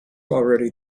already